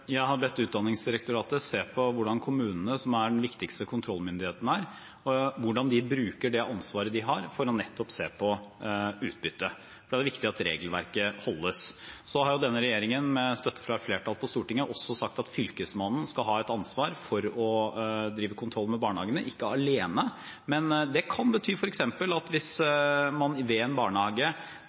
Jeg har bedt Utdanningsdirektoratet se på hvordan kommunene, som er den viktigste kontrollmyndigheten her, bruker det ansvaret de har, for nettopp å se på utbytte, for det er viktig at regelverket overholdes. Så har jo denne regjeringen, med støtte fra et flertall på Stortinget, også sagt at Fylkesmannen skal ha et ansvar for å drive kontroll med barnehagene – ikke alene, men det kan f.eks. bety at hvis man ved en barnehage